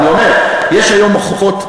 אני אומר: יש היום מוחות,